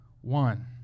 one